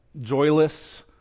joyless